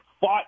fought